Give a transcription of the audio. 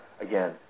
again